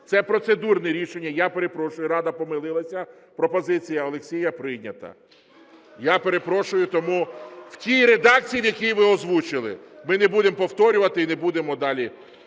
Це процедурне рішення, я перепрошую, "Рада" помилилася, пропозиція Олексія прийнята. Я перепрошую, тому в тій редакції, в якій ви озвучили. Ми не будемо повторювати і не будемо далі...